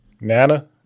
Nana